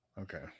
Okay